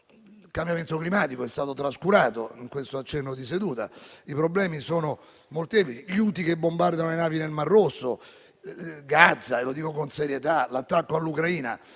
Il cambiamento climatico è stato trascurato in questo accenno di seduta. I problemi sono molteplici: gli Houthi che bombardano le navi nel Mar Rosso, Gaza (e lo dico con serietà), l'attacco all'Ucraina.